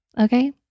Okay